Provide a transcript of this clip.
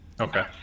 Okay